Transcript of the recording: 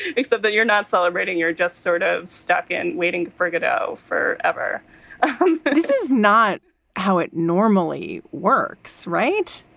except that you're not celebrating. you're just sort of stuck in waiting for godot forever this is not how it normally works, right?